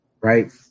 right